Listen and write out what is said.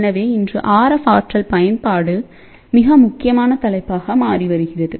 எனவே இன்று RF ஆற்றல் பயன்பாடு மிக முக்கியமான தலைப்பாக மாறி வருகிறது